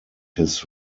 his